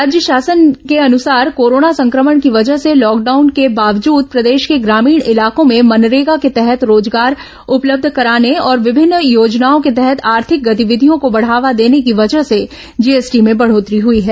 राज्य शासन को अनुसार कोरोना संक्रमण की वजह से लॉकडाउन के बावजूद प्रदेश के ग्रामीण इलाकों में मनरेगा के तहत रोजगार उपलब्ध कराने और विभिन्न योजनाओं के तहत आर्थिक गतिविधियों को बढ़ावा देने की वजह से जीएसटी में बढ़ोत्तरी हुई है